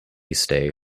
stay